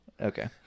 Okay